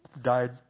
died